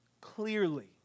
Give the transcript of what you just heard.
clearly